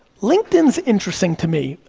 linkedin's interesting to me.